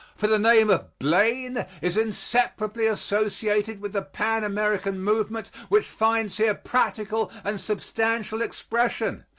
for the name of blaine is inseparably associated with the pan-american movement which finds here practical and substantial expression,